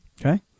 Okay